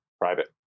Private